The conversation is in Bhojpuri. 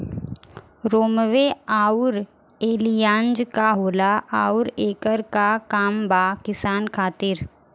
रोम्वे आउर एलियान्ज का होला आउरएकर का काम बा किसान खातिर?